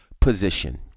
position